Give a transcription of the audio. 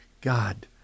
God